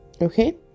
Okay